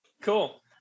Cool